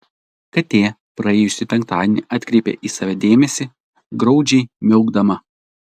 katė praėjusį penktadienį atkreipė į save dėmesį graudžiai miaukdama